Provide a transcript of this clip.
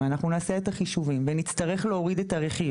ואנחנו נעשה את החישובים ונצטרך להוריד את הרכיב